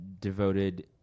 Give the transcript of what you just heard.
devoted